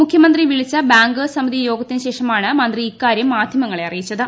മുഖ്യമുന്ത്രി വിളിച്ച ബാങ്കേഴ്സ് സമിതി യോഗത്തിനുശേഷമാണ് മുന്തി ഇക്കാര്യം മാധ്യമങ്ങളെ അറിയിച്ചത്